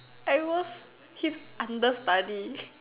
I was his under study